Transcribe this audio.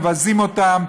מבזים אותם,